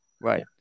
Right